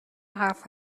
حرف